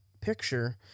picture